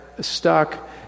stuck